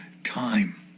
time